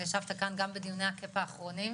ושישבת כאן גם בדיוני ה- -- האחרונים,